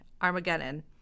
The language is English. Armageddon